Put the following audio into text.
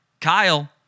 Kyle